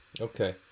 Okay